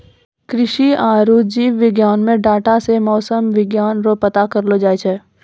कृषि आरु जीव विज्ञान मे डाटा से मौसम विज्ञान रो पता करलो जाय छै